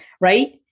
right